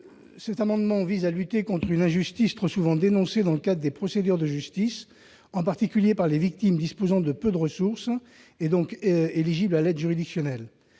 parmi nous. Il vise à lutter contre une injustice trop souvent dénoncée dans le cadre des procédures de justice, en particulier par les victimes disposant de peu de ressources, et donc éligibles à l'aide juridictionnelle,